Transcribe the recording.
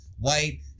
white